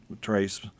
Trace